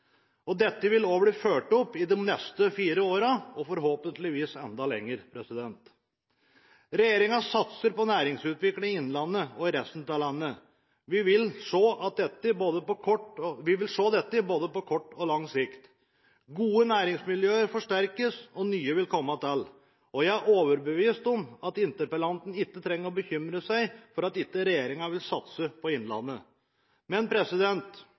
Dette vil også bli fulgt opp de neste fire årene og forhåpentligvis enda lenger. Regjeringen satser på næringsutvikling i Innlandet og i resten av landet. Vi vil se dette på både kort og lang sikt. Gode næringsmiljøer forsterkes, og nye vil komme til. Jeg er overbevist om at interpellanten ikke trenger å bekymre seg for at regjeringen ikke vil satse på Innlandet. Men